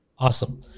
Awesome